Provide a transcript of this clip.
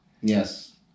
Yes